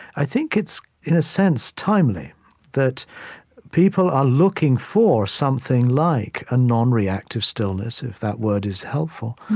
i think it's, in a sense, timely that people are looking for something like a nonreactive stillness, if that word is helpful.